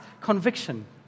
conviction